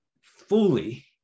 fully